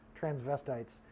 transvestites